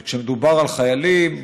כשמדובר על חיילים,